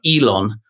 Elon